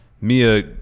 Mia